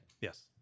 Yes